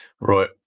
Right